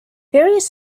various